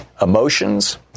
emotions